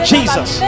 Jesus